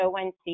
ONC